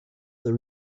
the